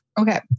okay